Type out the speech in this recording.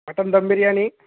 mutton dum biryani